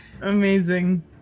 Amazing